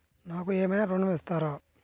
నాకు ఏమైనా ఋణం ఇస్తారా?